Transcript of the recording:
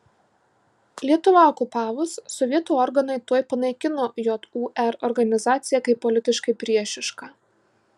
lietuvą okupavus sovietų organai tuoj panaikino jūr organizaciją kaip politiškai priešišką